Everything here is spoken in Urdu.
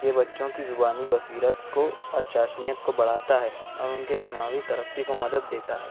یہ بچوں کی زبانی بصیرت کو اور چاشنیت کو بڑھاتا ہے اور ان کے دماغی ترقی کو مدد دیتا ہے